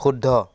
শুদ্ধ